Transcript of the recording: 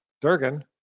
Durgan